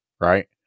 right